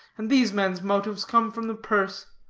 and these men's motives come from the purse.